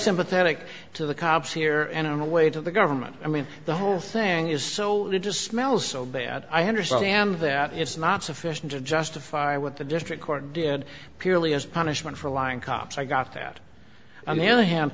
sympathetic to the cops here and on the way to the government i mean the whole thing is so it just smells so bad i understand that it's not sufficient to justify what the district court did purely as punishment for lying cops i got that on the other hand